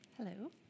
Hello